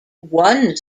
one